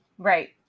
Right